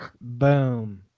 Boom